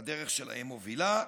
הדרך שלהם מובילה,